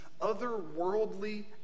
otherworldly